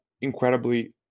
incredibly